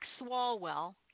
Swalwell